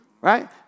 Right